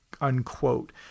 unquote